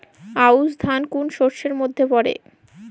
আউশ ধান কোন শস্যের মধ্যে পড়ে?